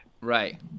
right